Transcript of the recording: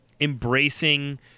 embracing